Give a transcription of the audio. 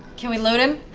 can we loot him?